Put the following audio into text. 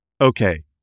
okay